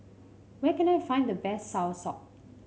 where can I find the best soursop